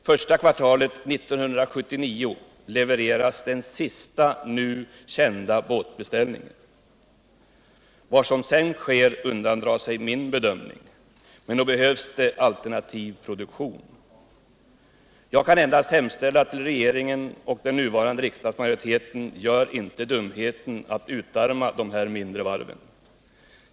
Första kvartalet 1979 effektueras den sista nu kända båtbeställningen. Vad som sker därefter undandrar sig min bedömning, men nog behövs det alternativ produktion. Jag kan endast hemställa till regeringen och den nuvarande riksdagsmajoriteten: Gör inte dumheten att utarma de här mindre varven!